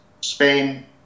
Spain